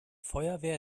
feuerwehr